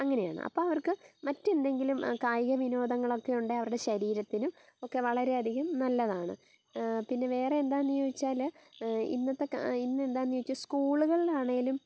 അങ്ങനെയാണ് അപ്പം അവർക്ക് മറ്റെന്തെങ്കിലും കായിക വിനോദങ്ങളൊക്കെ ഉണ്ടെങ്കിൽ അവരുടെ ശരീരത്തിനും ഒക്കെ വളരെ അധികം നല്ലതാണ് പിന്നെ വേറെ എന്താന്ന് ചോദിച്ചാൽ ഇന്നത്തെ കാ ഇന്ന് എന്താന്നോയിച്ചാൽ സ്കൂളുകളിലാണേലും